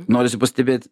norisi pastebėti